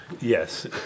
Yes